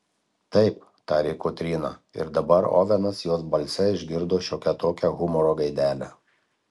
taip tarė kotryna ir dabar ovenas jos balse išgirdo šiokią tokią humoro gaidelę